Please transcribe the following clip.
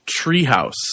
Treehouse